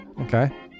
Okay